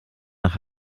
nach